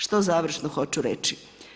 Što završno hoću reći?